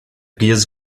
gears